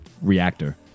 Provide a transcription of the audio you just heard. reactor